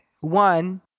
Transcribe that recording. one